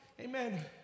amen